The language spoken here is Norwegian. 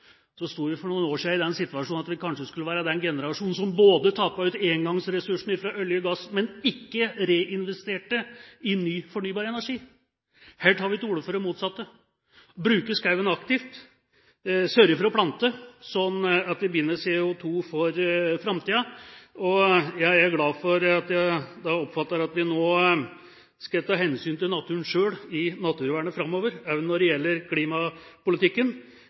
Så sto vi for noen år siden i den situasjonen at vi kanskje skulle være den generasjonen som både tok ut engangsressursene fra olje og gass og ikke reinvesterte i ny fornybar energi. Her tar vi til orde for det motsatte – bruke skogen aktivt, sørge for å plante, sånn at vi binder CO2 for framtiden. Jeg er glad for at jeg oppfatter at vi nå skal ta hensyn til naturen selv i naturvernet framover, også når det gjelder klimapolitikken.